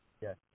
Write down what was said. Yes